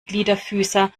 gliederfüßer